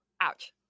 ouch